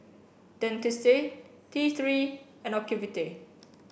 dentiste T three and Ocuvite